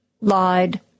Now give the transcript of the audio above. lied